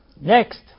Next